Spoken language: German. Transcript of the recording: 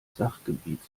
sachgebiets